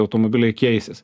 automobiliai keisis